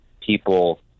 people